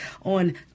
on